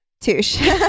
Touche